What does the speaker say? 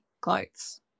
clothes